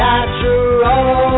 Natural